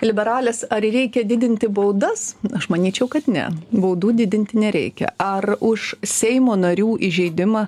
liberalės ar reikia didinti baudas aš manyčiau kad ne baudų didinti nereikia ar už seimo narių įžeidimą